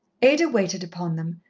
ada waited upon them,